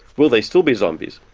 will they still be zombies,